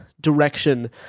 direction